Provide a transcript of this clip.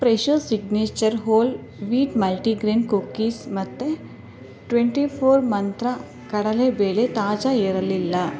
Fresho signature whole wheat multigrain cookies ಮತ್ತೆ twenty four Mantra ಕಡಲೆ ಬೇಳೆ ತಾಜಾ ಇರಲಿಲ್ಲ